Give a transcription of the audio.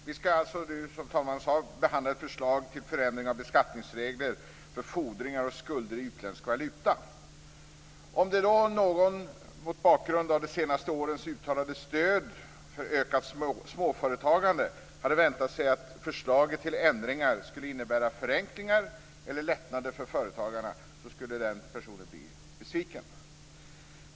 Herr talman! Vi skall nu, som herr talman sade, behandla ett förslag till förändring av beskattningsregler för fordringar och skulder i utländsk valuta. Om någon mot bakgrund av de senaste årens uttalade stöd för ökat småföretagande hade väntat sig att förslaget till ändringar skulle innebära förenklingar eller lättnader för företagarna, så skulle den personen bli besviken.